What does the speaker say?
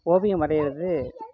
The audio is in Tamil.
ஓவியம் வரையிறது